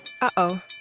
Uh-oh